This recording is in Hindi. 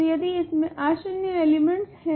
तो यदि इसमे अशून्य एलिमेंटस है